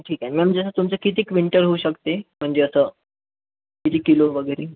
ठीक आहे मॅम जसं तुमचं किती क्विंटल होऊ शकते म्हणजे असं किती किलो वगैरे